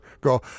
go